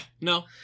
no